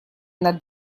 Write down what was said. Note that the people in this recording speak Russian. над